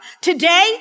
Today